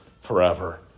forever